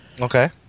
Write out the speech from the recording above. okay